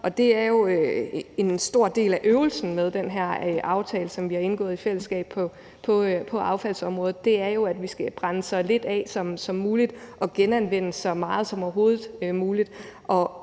og det er jo en stor del af øvelsen med den her aftale, som vi har indgået i fællesskab på affaldsområdet, nemlig at vi skal brænde så lidt af som muligt og genanvende så meget som overhovedet muligt.